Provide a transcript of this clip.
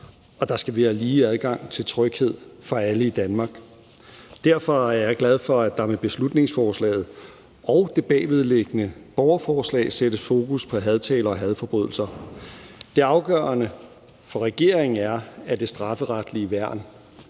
der skal være lige adgang til tryghed for alle i Danmark. Derfor er jeg glad for, at der med beslutningsforslaget og det bagvedliggende borgerforslag sættes fokus på hadtale og hadforbrydelser. Det afgørende for regeringen er, at det strafferetlige værn